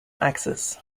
axis